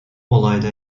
olayda